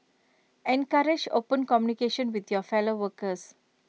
encourage open communication with your fellow workers